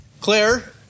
Claire